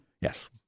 Yes